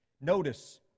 Notice